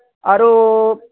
ଆରୁ